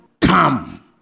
come